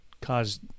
caused